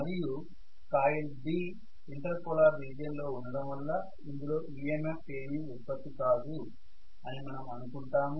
మరియు coil B interpolar region లో ఉండడం వల్ల ఇందులో EMF ఏమీ ఉత్పత్తి కాదు అని మనం అనుకుంటాము